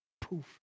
poof